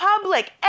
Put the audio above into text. public